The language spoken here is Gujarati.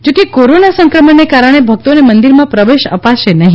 જો કે કોરોના સંક્રમણને કારણે ભકતોને મંદીરમાં પ્રવેશ અપાશે નહી